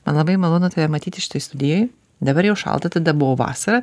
man labai malonu tave matyti šitoj studijoj dabar jau šalta tada buvo vasara